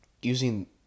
using